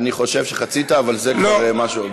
אני חושב שחצית, אבל זה כבר משהו.